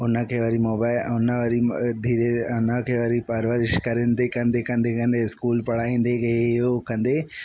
उन खे वरी मोबा हुन वरी धीरे उन खे वरी परवरिश कंदे कंदे कंदे कंदे स्कूल पढ़ाईंदे इहे उहो कंदे